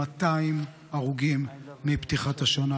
200 הרוגים מפתיחת השנה,